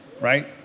Right